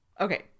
Okay